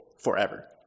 forever